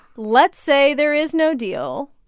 let's say there is no deal,